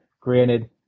granted